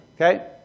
Okay